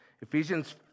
Ephesians